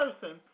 person